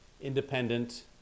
independent